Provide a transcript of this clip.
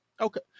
Okay